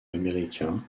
américain